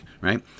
right